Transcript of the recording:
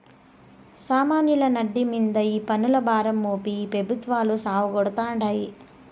సామాన్యుల నడ్డి మింద ఈ పన్నుల భారం మోపి ఈ పెబుత్వాలు సావగొడతాండాయి